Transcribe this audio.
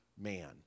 man